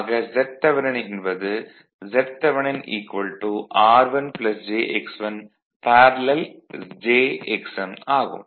ஆக Zth என்பது Zth r1 jx1 parallel ஆகும்